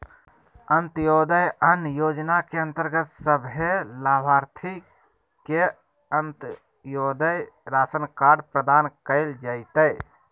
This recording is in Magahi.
अंत्योदय अन्न योजना के अंतर्गत सभे लाभार्थि के अंत्योदय राशन कार्ड प्रदान कइल जयतै